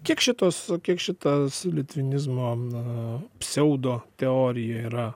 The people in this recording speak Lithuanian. kiek šitos kiek šitas litvinizmo na pseudo teorija yra